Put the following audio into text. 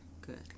Good